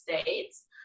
States